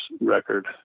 record